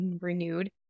renewed